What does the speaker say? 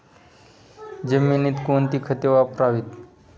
जमिनीत कोणती खते वापरावीत?